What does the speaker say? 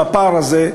בפער הזה,